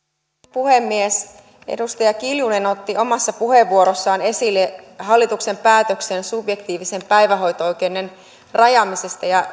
puhemies edustaja kiljunen otti omassa puheenvuorossaan esille hallituksen päätöksen subjektiivisen päivähoito oikeuden rajaamisesta ja